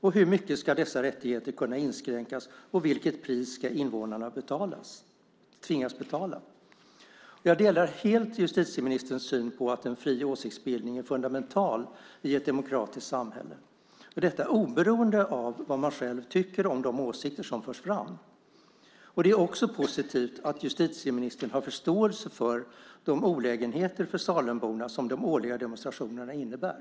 Hur mycket ska dessa rättigheter kunna inskränkas och vilket pris ska invånarna tvingas betala? Jag delar helt justitieministerns syn på att en fri åsiktsbildning är fundamental i ett demokratiskt samhälle, detta oberoende av vad man själv tycker om de åsikter som förs fram. Det är också positivt att justitieministern har förståelse för de olägenheter för Salemborna som de årliga demonstrationerna innebär.